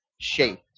Shape